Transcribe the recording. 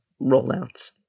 rollouts